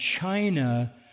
China